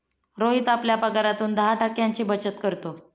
रोहित आपल्या पगारातून दहा टक्क्यांची बचत करतो